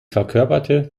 verkörperte